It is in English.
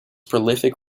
prolific